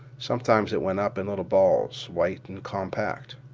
sometimes it went up in little balls, white and compact.